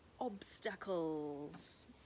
obstacles